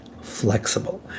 flexible